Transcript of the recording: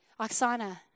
Oksana